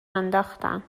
انداختن